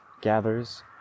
gathers